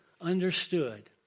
understood